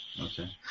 Okay